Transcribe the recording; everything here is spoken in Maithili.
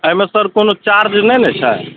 अइमे सर कोनो चार्ज नहि ने छै